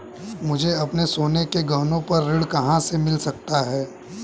मुझे अपने सोने के गहनों पर ऋण कहां से मिल सकता है?